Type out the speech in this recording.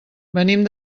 venim